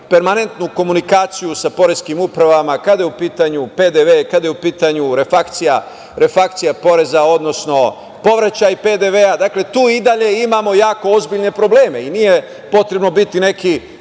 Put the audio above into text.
permanentnu komunikaciju sa poreskim upravama, kada je u pitanju PDV, kada je u pitanju refrakcija poreza, odnosno povraćaj PDV-a. Dakle, tu i dalje imamo jako ozbiljne probleme i nije potrebno biti neki